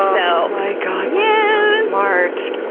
so my god yeah smart.